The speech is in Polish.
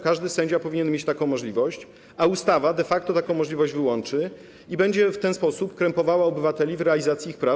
Każdy sędzia powinien mieć taką możliwość, a ustawa de facto taką możliwość wyłączy i będzie w ten sposób krępowała obywateli w realizacji ich praw.